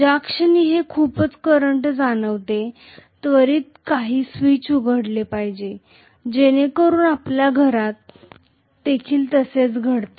ज्या क्षणी हे खूपच करंट जाणवते त्वरित काही स्विच उघडले पाहिजे जेणेकरून आपल्या घरात देखील तेच घडते